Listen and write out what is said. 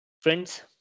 Friends